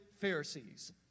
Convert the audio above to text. Pharisees